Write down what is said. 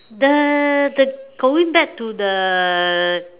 the the going back to the